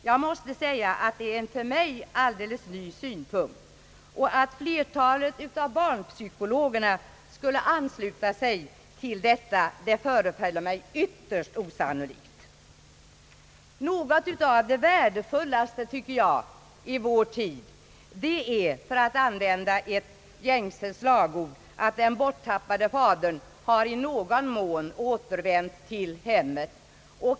Jag måste säga att det är en för mig alldeles ny synpunkt, och att flertalet av barnspykologerna skulle ansluta sig till det resonemanget förefaller mig högst osannolikt. Något av det värdefullaste i vår tid är enligt min uppfattning — för att använda ett gängse slagord — att den borttappade fadern i någon mån återvänt till hemmet.